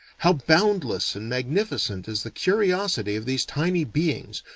how boundless and magnificent is the curiosity of these tiny beings,